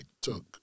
took